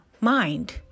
mind